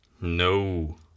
No